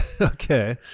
Okay